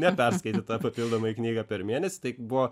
neperskaitytą papildomai knygą per mėnesį tai buvo